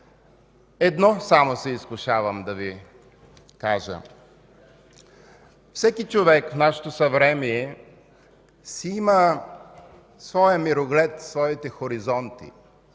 Едно само се изкушавам да Ви кажа. Всеки човек в нашето съвремие си има своя мироглед, своите хоризонти.